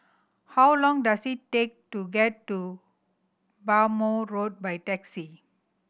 how long does it take to get to Bhamo Road by taxi